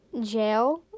jail